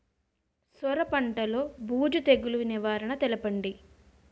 సొర పంటలో బూజు తెగులు నివారణ తెలపండి?